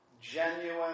genuine